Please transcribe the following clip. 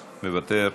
מוותר,